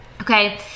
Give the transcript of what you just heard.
Okay